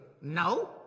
no